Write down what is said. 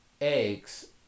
Eggs